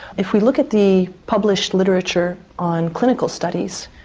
if we look at the published literature on clinical studies,